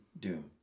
Doom